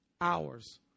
hours